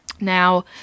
Now